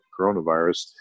coronavirus